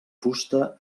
fusta